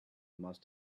must